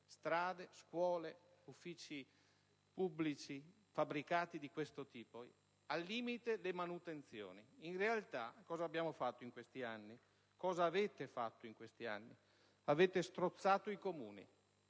strade, scuole, uffici pubblici, fabbricati di questo tipo. Al limite, le manutenzioni. In realtà cosa abbiamo fatto in questi anni? Cosa avete fatto in questi anni? Avete strozzato i Comuni.